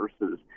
versus